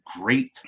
great